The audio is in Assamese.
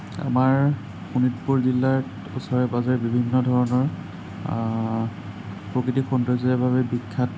আমাৰ শোণিতপুৰ জিলাৰ ওচৰে পাজৰে বিভিন্ন ধৰণৰ প্ৰাকৃতিক সৌন্দৰ্যৰ বাবে বিখ্যাত